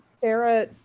Sarah